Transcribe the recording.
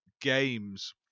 games